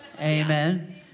Amen